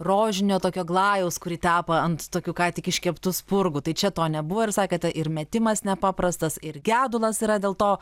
rožinio tokio glajaus kurį tepa ant tokių ką tik iškeptų spurgų tai čia to nebuvo ir sakėte ir metimas nepaprastas ir gedulas yra dėl to